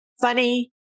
funny